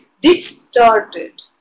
distorted